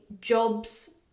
jobs